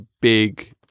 big